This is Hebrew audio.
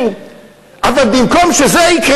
זה.